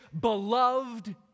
beloved